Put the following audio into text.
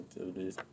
activities